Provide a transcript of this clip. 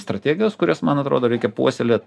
strategijos kurias man atrodo reikia puoselėt